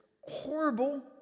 horrible